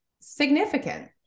significant